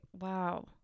wow